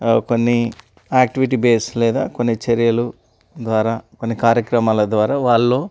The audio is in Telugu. కొన్ని యాక్టివిటీ బేస్ లేదా కొన్ని చర్యలు ద్వారా కొన్ని కార్యక్రమాల ద్వారా వాళ్ళు